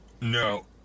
No